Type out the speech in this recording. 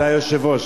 אתה היושב-ראש,